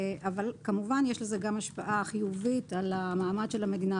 אבל כמובן יש לזה גם השפעה חיובית על המעמד של המדינה,